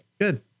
Good